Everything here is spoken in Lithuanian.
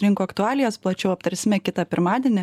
rinkų aktualijas plačiau aptarsime kitą pirmadienį